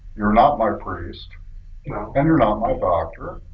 you're not my priest and you're not my doctor.